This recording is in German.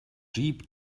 jeep